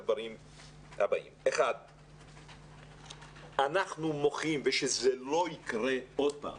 אנחנו מוחים ודורשים שלא יקרה עוד פעם